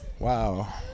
Wow